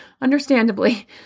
understandably